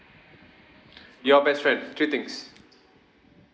your best friend three things